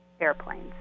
airplanes